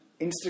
Instagram